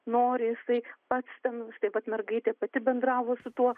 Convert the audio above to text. nori jisai pats ten taip pat mergaitė pati bendravo su tuo